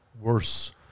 Worse